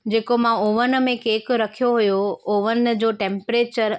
जेको मां ऑवन में केक रखियो हुयो ऑवन जो टेंपरेचर